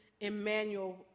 Emmanuel